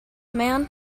man